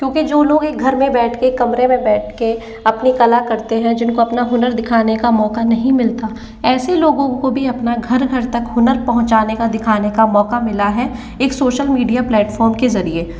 क्योंकि जो लोग एक घर में बैठ कर कमरे में बैठ कर अपनी कला करते हैं जिनको अपना हुनर दिखाने का मौका नहीं मिलता ऐसे लोगों को भी अपना घर घर तक हुनर पहुँचाने का दिखाने का मौका मिला है एक सोशल मीडिया प्लेटफॉर्म के ज़रिए